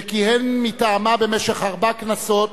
שכיהן מטעמה במשך ארבע כנסות,